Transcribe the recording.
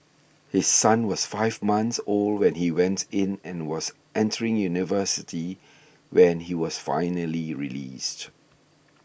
his son was five months old when he went in and was entering university when he was finally released